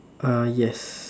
uh yes